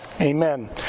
Amen